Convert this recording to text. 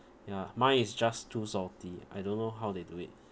ya mine is just too salty I don't know how they do it